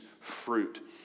fruit